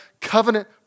covenant